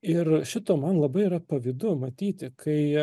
ir šito man labai yra pavydu matyti kai